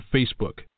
Facebook